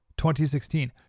2016